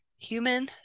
human